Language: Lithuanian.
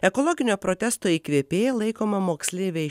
ekologinio protesto įkvėpėja laikoma moksleiviai